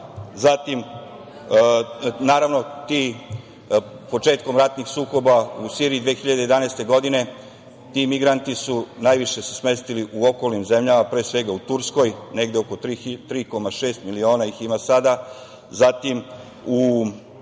zatim, naravno, početkom ratnih sukoba u Siriji 2011. godine, ti migranti su se najviše smestili u okolnim zemljama, pre svega u Turskoj, negde oko 3,6 miliona ih ima sada,